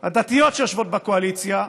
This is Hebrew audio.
הדתיות שיושבות בקואליציה,